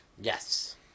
Yes